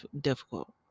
difficult